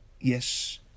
Yes